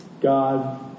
God